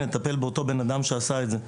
נטפל באותו בן אדם שעשה את זה.